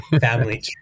family